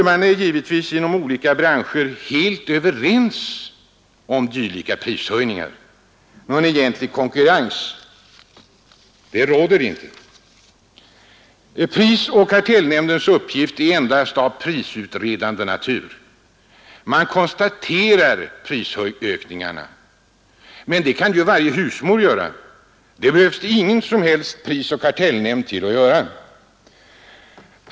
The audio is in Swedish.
Man är givetvis inom de olika branscherna överens om dylika prishöjningar. Någon egentlig konkurrens råder inte. Prisoch kartellnämndens uppgift är endast av prisutredande natur, man konstaterar prisökningarna. Men det kan ju varje husmor göra. Det behövs det ingen prisoch kartellnämnd till för att göra.